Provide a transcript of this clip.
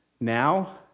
now